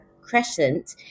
crescent